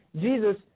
Jesus